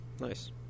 Nice